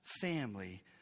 family